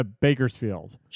Bakersfield